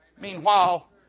Meanwhile